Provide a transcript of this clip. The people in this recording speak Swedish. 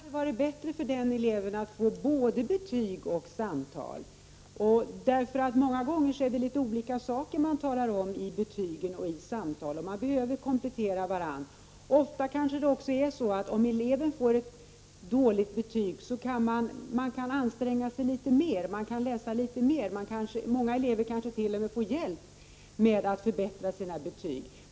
Herr talman! Det kanske hade varit bättre för den eleven att få både betyg och samtal. Många gånger är det litet olika saker man talar om i betygen och vid samtal. De båda alternativen behöver komplettera varandra. Om en elev får ett dåligt betyg kan han eller hon ofta anstränga sig litet mer. Man kan läsa litet mer. Många elever kanske t.o.m. får hjälp med att förbättra sina betyg.